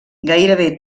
gairebé